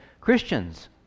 Christians